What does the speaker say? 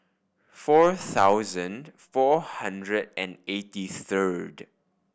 four thousand four hundred and eighty third